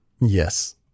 Yes